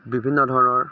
বিভিন্ন ধৰণৰ